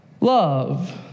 love